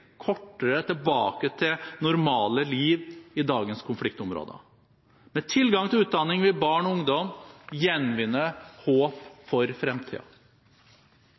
kortere tilbake til normale liv i dagens konfliktområder. Med tilgang til utdanning vil barn og ungdom gjenvinne håp for